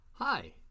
Hi